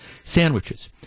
sandwiches